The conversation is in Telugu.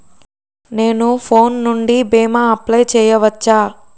నేను ఫోన్ నుండి భీమా అప్లయ్ చేయవచ్చా?